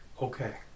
Okay